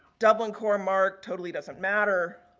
dublin core, marc, totally doesn't matter.